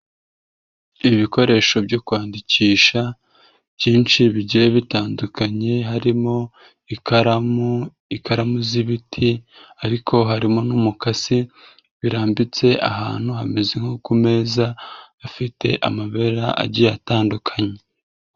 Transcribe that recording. Ibikoresho byo kwandikisha byinshi bigiye bitandukanye harimo ikaramu, ikaramu z'ibiti ariko harimo n'umukasi gigiye birambitse ahantu hameze nko ku meza, afite amabara agiye atandukanye.